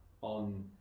on